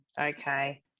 Okay